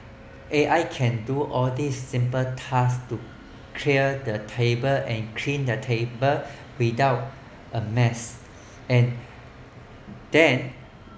A_I can do all these simple tasks to clear the tables and clean the tables without a mess and then